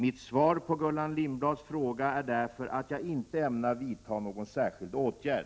Mitt svar på Gullan Lindblads fråga är därför att jag inte ämnar vidta någon särskild åtgärd.